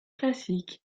classiques